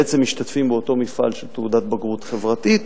בעצם, משתתפים באותו מפעל של תעודת בגרות חברתית.